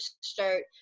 start